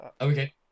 Okay